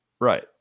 right